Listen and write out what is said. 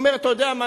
אומר: אתה יודע מה,